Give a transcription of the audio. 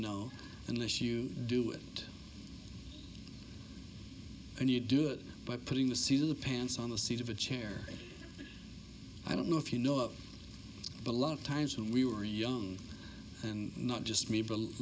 know unless you do it and you do it by putting the seat of the pants on the seat of a chair i don't know if you know of a lot of times when we were young and not just